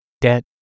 debt